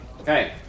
Okay